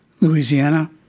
Louisiana